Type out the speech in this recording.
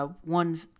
one